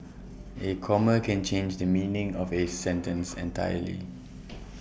A comma can change the meaning of A sentence entirely